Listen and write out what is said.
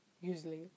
usually